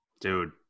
Dude